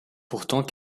pourtant